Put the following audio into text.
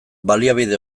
baliabide